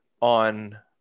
on